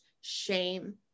shame